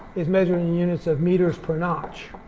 is measured in units of meters per notch